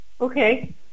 Okay